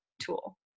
tool